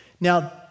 Now